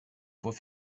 faut